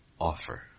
Offer